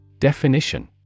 Definition